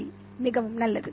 சரி மிகவும் நல்லது